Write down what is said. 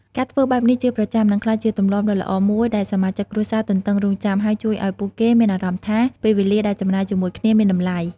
ការធ្វើបែបនេះជាប្រចាំ នឹងក្លាយជាទម្លាប់ដ៏ល្អមួយដែលសមាជិកគ្រួសារទន្ទឹងរង់ចាំ ហើយជួយឱ្យពួកគេមានអារម្មណ៍ថា ពេលវេលាដែលចំណាយជាមួយគ្នាមានតម្លៃ ។